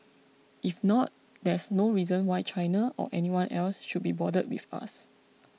if not there's no reason why China or anyone else should be bothered with us